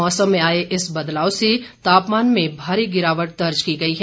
मौसम में आए इस बदलाव से तापमान में भारी गिरावट दर्ज की गई है